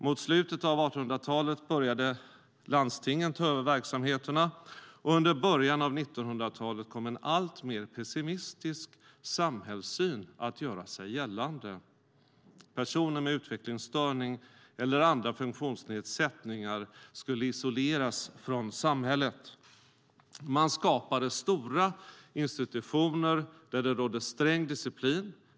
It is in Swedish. Mot slutet av 1800-talet började landstingen ta över verksamheterna. Och under början av 1900-talet kom en alltmer pessimistisk samhällssyn att göra sig gällande. Personer med utvecklingsstörning eller andra funktionsnedsättningar skulle isoleras från samhället. Man skapade stora institutioner där det rådde sträng disciplin.